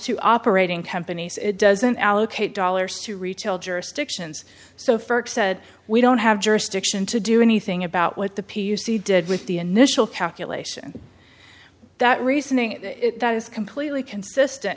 to operating companies it doesn't allocate dollars to retail jurisdictions so first said we don't have jurisdiction to do anything about what the p u c did with the initial calculation that reasoning that is completely consistent